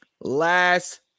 last